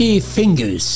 Fingers